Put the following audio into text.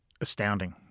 astounding